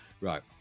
Right